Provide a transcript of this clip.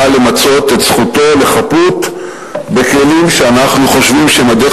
למצות את זכותו לחפות בכלים שאנחנו חושבים שהם הדרך